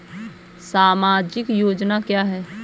सामाजिक योजना क्या है?